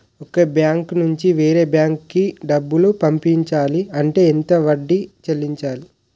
ఒక బ్యాంక్ నుంచి వేరే బ్యాంక్ కి డబ్బులు పంపించాలి అంటే ఎంత వడ్డీ చెల్లించాలి?